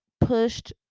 pushed